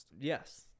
Yes